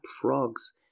frogs